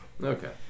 Okay